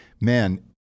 man